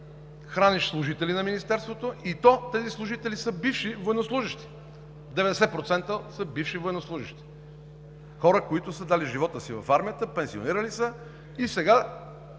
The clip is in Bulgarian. храниш служители на Министерството, и то тези служители са бивши военнослужещи. 90% са бивши военнослужещи – хора, които са дали живота си в армията, пенсионирани са,